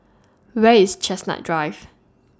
Where IS Chestnut Drive